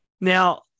Now